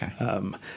Okay